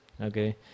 okay